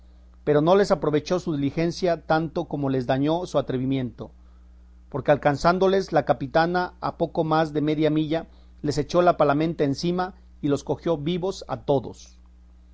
pero no les aprovechó su diligencia tanto como les dañó su atrevimiento porque alcanzándoles la capitana a poco más de media milla les echó la palamenta encima y los cogió vivos a todos